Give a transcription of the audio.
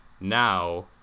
Now